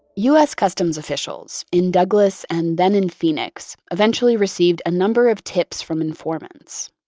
u s. customs officials in douglas and then in phoenix eventually received a number of tips from informants.